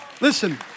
Listen